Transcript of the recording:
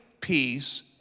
peace